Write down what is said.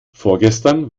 vorgestern